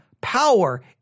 power